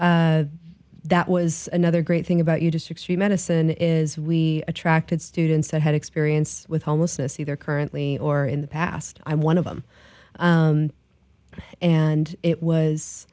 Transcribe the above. that was another great thing about you to sixty medicine is we attracted students that had experience with homelessness either currently or in the past i'm one of them and it was